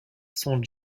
sont